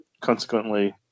consequently